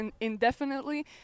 indefinitely